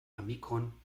amikon